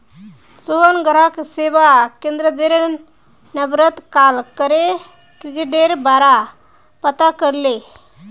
सोहन ग्राहक सेवा केंद्ररेर नंबरत कॉल करे क्रेडिटेर बारा पता करले